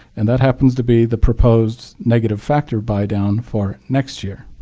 and that happens to be the proposed negative factor buy down for next year.